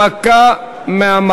חוקה?